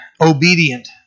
obedient